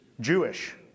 Jewish